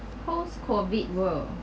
post COVID world